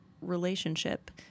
relationship